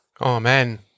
Amen